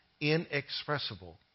inexpressible